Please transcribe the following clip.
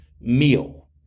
meal